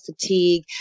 fatigue